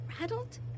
Rattled